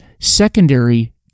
secondary